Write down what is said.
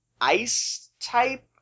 ice-type